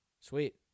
Sweet